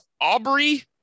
Aubrey